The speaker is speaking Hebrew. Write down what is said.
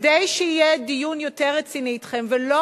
כדי שיהיה דיון יותר רציני אתכם ולא